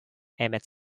emmett